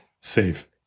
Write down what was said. save